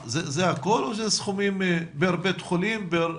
זה הכול או שאלה סכומים פר בית חולים?